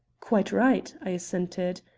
quite right, i assented.